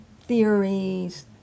theories